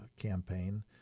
campaign